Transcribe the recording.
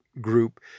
group